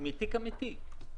מתיק אמיתי.